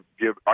give